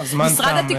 הזמן תם,